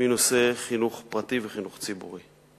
מנושא חינוך פרטי וחינוך ציבורי.